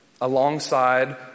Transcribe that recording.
alongside